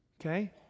Okay